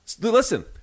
Listen